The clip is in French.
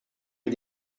est